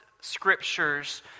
scriptures